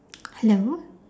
hello